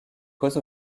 cause